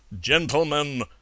Gentlemen